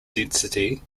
density